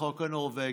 לחוק הנורבגי.